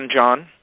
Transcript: John